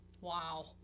Wow